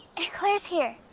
aunt clair's here.